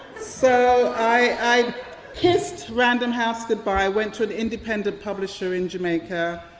so i kissed random house goodbye, went to an independent publisher in jamaica,